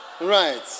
Right